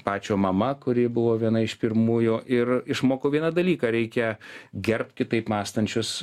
pačio mama kuri buvo viena iš pirmųjų ir išmokau vieną dalyką reikia gerbt kitaip mąstančius